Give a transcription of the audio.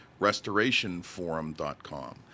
RestorationForum.com